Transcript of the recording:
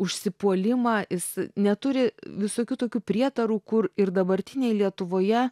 užsipuolimą jis neturi visokių tokių prietarų kur ir dabartinėj lietuvoje